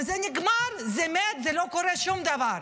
וזה נגמר, זה מת, לא קורה שום דבר.